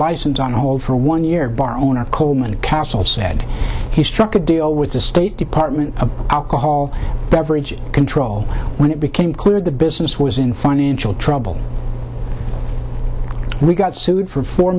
license on hold for one year bar owner coleman castle said he struck a deal with the state department of alcohol beverage control when it became clear the business was in financial trouble we got sued for four